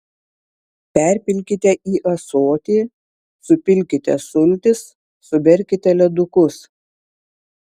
perpilkite į ąsotį supilkite sultis suberkite ledukus